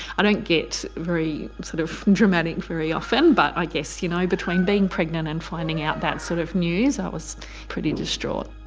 i don't get very sort of dramatic very often but i guess you know between being pregnant and finding out that sort of news, i was pretty distraught.